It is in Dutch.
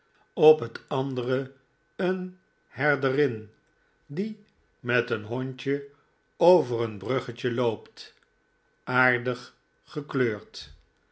op het andere een herderin die met een hondje over een bruggetje loopt aardig gekleurd